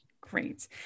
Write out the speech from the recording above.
Great